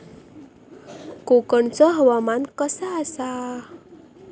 कोकनचो हवामान कसा आसा?